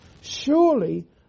Surely